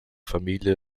familie